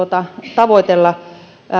tavoitella